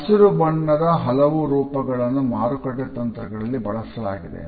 ಹಸಿರು ಬಣ್ಣದ ಹಲವು ರೂಪಗಳನ್ನು ಮಾರುಕಟ್ಟೆ ತಂತ್ರಗಳಲ್ಲಿ ಬಳಸಲಾಗಿದೆ